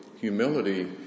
Humility